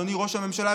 אדוני ראש הממשלה,